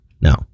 No